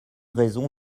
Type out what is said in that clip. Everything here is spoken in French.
raison